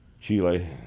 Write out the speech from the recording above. Chile